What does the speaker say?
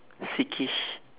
sickish